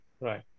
Right